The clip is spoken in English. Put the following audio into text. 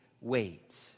wait